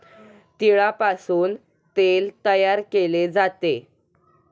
तिळापासून तेल तयार केले जाते